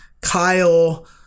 kyle